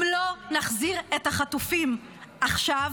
אם לא נחזיר את החטופים עכשיו